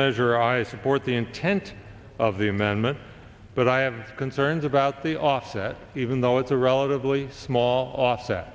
measure i support the intent of the amendment but i have concerns about the offset even though it's a relatively small loss that